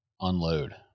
unload